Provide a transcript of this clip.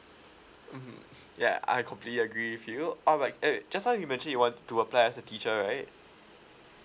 mmhmm yeah I completely agree with you alright uh wait just now you mentioned you wanted to apply as a teacher right